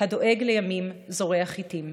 "הדואג לימים זורע חיטים,